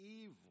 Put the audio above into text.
evil